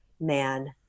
man